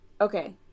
Okay